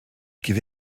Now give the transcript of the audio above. give